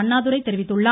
அண்ணாதுரை தெரிவித்துள்ளார்